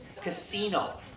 Casino